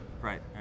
Right